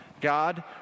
God